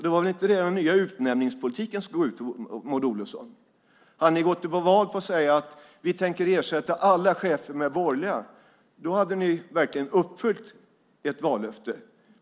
Det var väl inte det som den nya utnämningspolitiken skulle gå ut på? Hade ni gått till val på att ni tänkte ersätta alla chefer med borgerliga, då hade ni verkligen uppfyllt ert vallöfte.